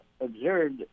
observed